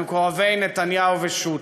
למקורבי נתניהו ושות'.